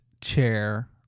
chair